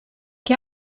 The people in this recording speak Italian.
che